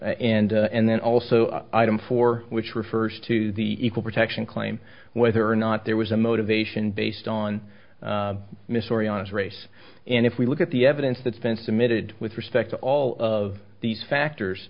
and and then also item four which refers to the equal protection claim whether or not there was a motivation based on mystery on his race and if we look at the evidence that's been submitted with respect to all of these factors